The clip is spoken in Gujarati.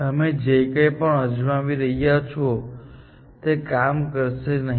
તમે જે કંઈ પણ અજમાવી રહ્યા છો તે કામ કરશે નહીં